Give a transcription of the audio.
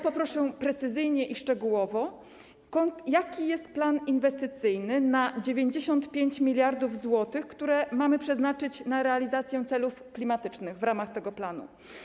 Poproszę o precyzyjne i szczegółowe wyjaśnienie, jaki jest plan inwestycyjny na 95 mld zł, które mamy przeznaczyć na realizację celów klimatycznych w ramach tego planu.